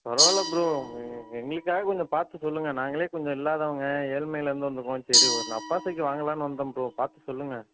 பரவாயில்லை ப்ரோ எங்களுக்காக கொஞ்சம் பார்த்து சொல்லுங்க நாங்களே கொஞ்சம் இல்லாதவங்க ஏழ்மையிலிருந்து வந்துருக்கோம் சரி ஒரு நப்பாசைக்கு வாங்கலாம்ன்னு வந்தோம் ப்ரோ பார்த்து சொல்லுங்க